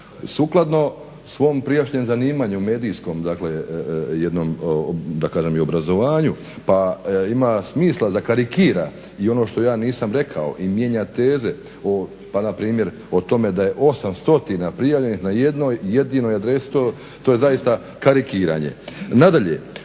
sukladno svom prijašnjem zanimanju medijskom jednom da kažem i obrazovanju, pa ima smisla da karikira i ono što ja nisam rekao i mijenja teze o, pa na primjer o tome da je 8 stotina prijavljenih na jednoj jedinoj adresi to je zaista karikiranje.